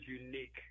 unique